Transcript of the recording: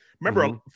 Remember